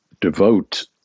devote